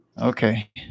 okay